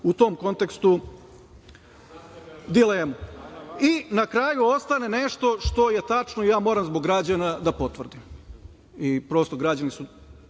u tom kontekstu dilemu. Na kraju ostane nešto što je tačno i moram zbog građana da potvrdim i prosto građani su